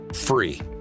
free